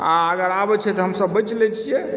आ अगर आबैत छै तऽ हमसभ बचि लैत छियै